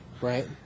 Right